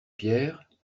pierres